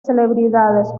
celebridades